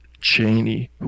Cheney